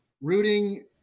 rooting